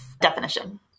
definition